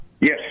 Yes